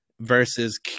versus